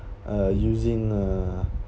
uh using uh